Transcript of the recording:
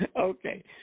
Okay